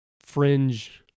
fringe